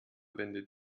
wendet